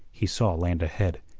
he saw land ahead,